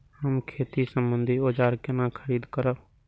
हम खेती सम्बन्धी औजार केना खरीद करब?